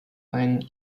ein